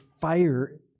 fire